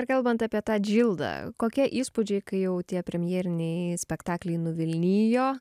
ir kalbant apie tą džildą kokie įspūdžiai kai jau tie premjeriniai spektakliai nuvilnijo